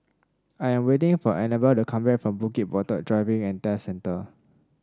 I am waiting for Annabel to come back from Bukit Batok Driving And Test Centre